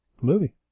Movie